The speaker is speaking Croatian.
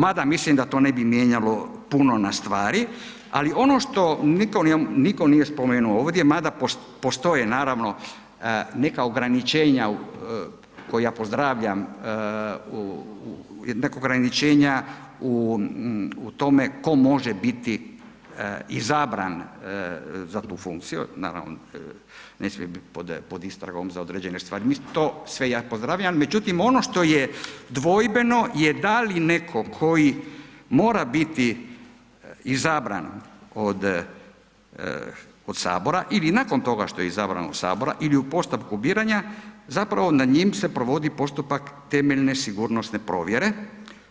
Mada mislim da to ne bi mijenjalo puno na stvari ali ono što nitko nije spomenuo ovdje, mada postoje naravno neka ograničenja koja pozdravljam, neka ograničenja u tome tko može biti izabran za tu funkciju, naravno ne smije biti pod istragom za određene stvari, to sve ja pozdravljam, međutim, ono što je dvojbeno je da li netko koji mora biti izabran od Sabora ili nakon toga što je izabran od Sabora ili u postupku biranja, zapravo nad njim se providi postupak temeljne sigurnosne provjere